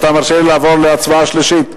אתה מרשה לי לעבור להצבעה בקריאה שלישית?